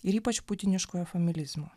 ir ypač putiniškojo familizmo